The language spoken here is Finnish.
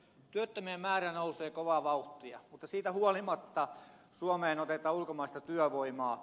työttömien määrä nousee kovaa vauhtia mutta siitä huolimatta suomeen otetaan ulkomaista työvoimaa